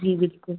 जी बिल्कुल